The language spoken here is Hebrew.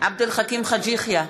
עבד אל חכים חאג' יחיא,